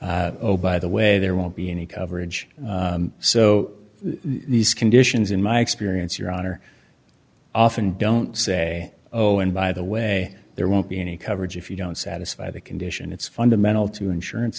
oh by the way there won't be any coverage so these conditions in my experience your honor often don't say oh and by the way there won't be any coverage if you don't satisfy the condition it's fundamental to insurance